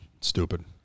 Stupid